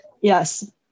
Yes